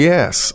Yes